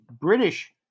British